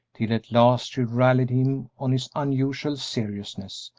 till at last she rallied him on his unusual seriousness,